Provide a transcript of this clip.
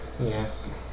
Yes